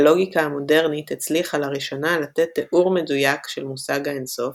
הלוגיקה המודרנית הצליחה לראשונה לתת תיאור מדויק של מושג האינסוף,